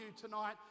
tonight